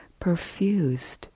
perfused